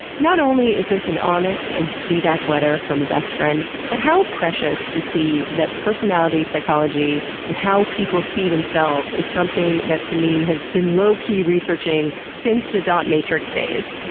not only is this an honest and sweet-ass letter from a best friend, but how precious to see that personality psychology and how people see themselves is something that simine has been low-key researching since the dot matrix days!